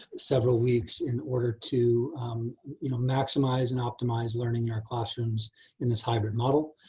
several weeks in order to you know maximize and optimize learning in our classrooms in this hybrid model.